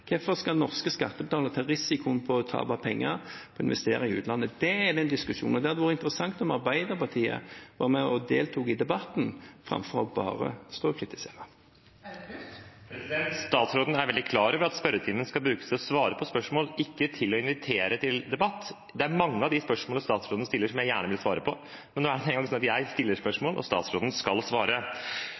Hvorfor skal norske skattebetalere ta risikoen med å tape penger ved å investere i utlandet? Der er det en diskusjon, og det hadde vært interessant om Arbeiderpartiet var med og deltok i debatten framfor bare å stå og kritisere. Statsråden er veldig klar over at spørretimen skal brukes til å svare på spørsmål, ikke til å invitere til debatt. Mange av de spørsmålene statsråden stiller, vil jeg gjerne svare på, men nå er det engang slik at jeg stiller spørsmål og statsråden skal svare.